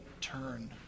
turn